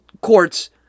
court's